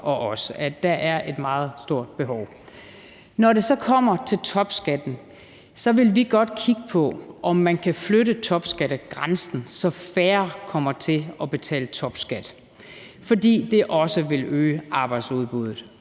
og os. Og der er et meget stort behov. Når det så kommer til topskatten, vil vi godt kigge på, om man kan flytte topskattegrænsen, så færre kommer til at betale topskat, fordi det også vil øge arbejdsudbuddet.